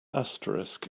asterisk